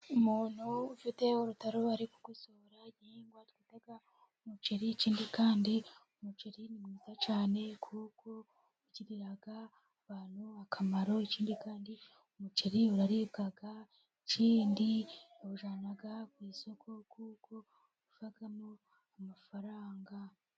Umuntu ufite urutaro ari kugusohora igihingwa twita umuceri, ikindi kandi umuceri ni mwiza cyane kuko ugirira abantu akamaro, ikindi kandi umuceri urribwa kindi bawujyana ku isoko ukovamo amafaranga.